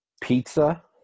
Pizza